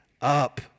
up